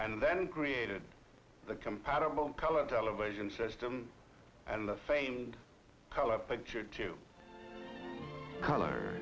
and then created the compatible color television system and the famed color picture to color